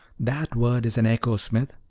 that word is an echo, smith.